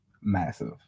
massive